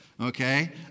okay